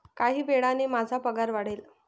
काही वेळाने माझा पगार वाढेल